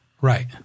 Right